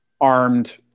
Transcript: armed